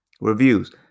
Reviews